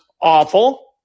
awful